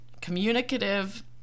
communicative